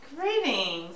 Greetings